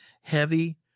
heavy